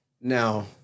Now